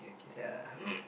ya